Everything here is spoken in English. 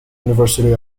university